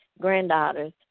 granddaughters